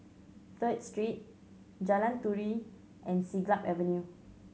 Third Street Jalan Turi and Siglap Avenue